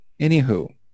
Anywho